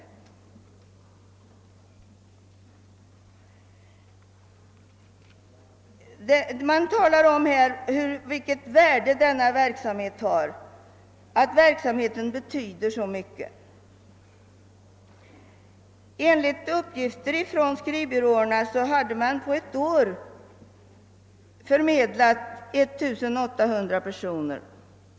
Det talas nu om vilket stort värde skrivbyråverksamheten har. Enligt uppgifter från skrivbyråerna hade de på ett år förmedlat arbetsanställningar till 1800 personer.